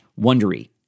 Wondery